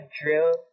drill